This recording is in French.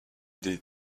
des